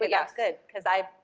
that's good cause i,